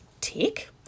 tick